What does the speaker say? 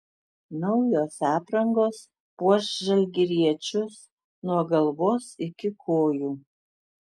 naujos aprangos puoš žalgiriečius nuo galvos iki kojų